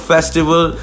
Festival